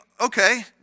okay